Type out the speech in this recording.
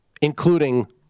including